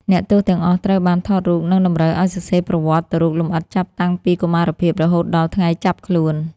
អ្នកទោសទាំងអស់ត្រូវបានថតរូប និងតម្រូវឱ្យសរសេរប្រវត្តិរូបលម្អិតចាប់តាំងពីកុមារភាពរហូតដល់ថ្ងៃចាប់ខ្លួន។